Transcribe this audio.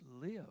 live